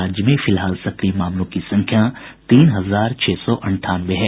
राज्य में फिलहाल सक्रिय मामलों की संख्या तीन हजार छह सौ अंठानवे है